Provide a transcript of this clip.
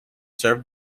served